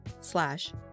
slash